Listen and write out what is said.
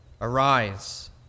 arise